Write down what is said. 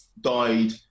died